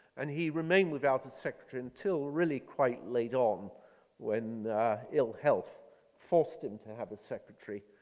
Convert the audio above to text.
and he remained without a secretary until really quite later on when ill-health forced him to have a secretary.